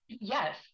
Yes